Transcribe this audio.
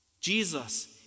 Jesus